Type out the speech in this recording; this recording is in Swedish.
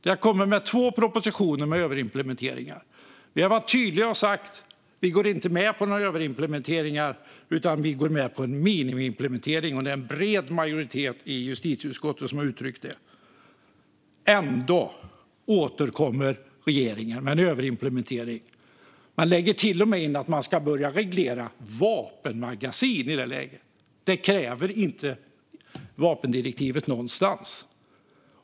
Det har kommit två propositioner med överimplementeringar. Vi har varit tydliga och sagt att vi inte går med på några överimplementeringar utan att vi går med på en minimiimplementering. Det är en bred majoritet i justitieutskottet som har uttryckt det. Ändå återkommer regeringen med en överimplementering. Man lägger till och med in att man ska börja reglera vapenmagasin. Det kräver inte vapendirektivet någonstans.